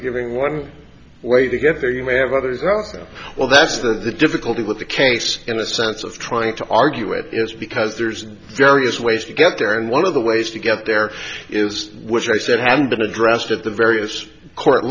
giving one way to get there you may have others out so well that's that the difficulty with the case in the sense of trying to argue it is because there's various ways to get there and one of the ways to get there is which i said had been addressed at the various court